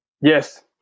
Yes